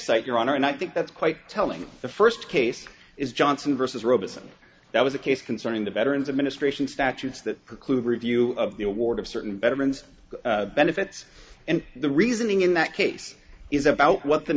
site your honor and i think that's quite telling the first case is johnson versus robeson that was a case concerning the veterans administration statutes that preclude review of the award of certain veterans benefits and the reasoning in that case is about what the